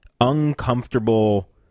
uncomfortable